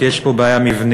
כי יש פה בעיה מבנית.